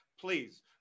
please